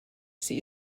sie